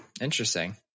Interesting